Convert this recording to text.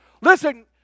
Listen